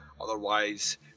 Otherwise